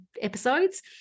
episodes